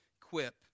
quip